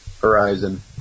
horizon